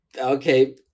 okay